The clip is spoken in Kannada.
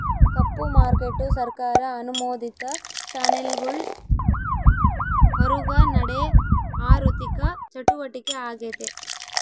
ಕಪ್ಪು ಮಾರ್ಕೇಟು ಸರ್ಕಾರ ಅನುಮೋದಿತ ಚಾನೆಲ್ಗುಳ್ ಹೊರುಗ ನಡೇ ಆಋಥಿಕ ಚಟುವಟಿಕೆ ಆಗೆತೆ